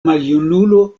maljunulo